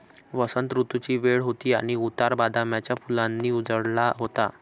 वसंत ऋतूची वेळ होती आणि उतार बदामाच्या फुलांनी उजळला होता